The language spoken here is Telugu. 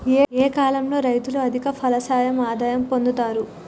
ఏ కాలం లో రైతులు అధిక ఫలసాయం ఆదాయం పొందుతరు?